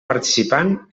participant